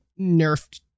nerfed